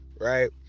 right